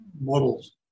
models